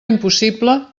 impossible